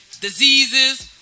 diseases